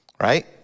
right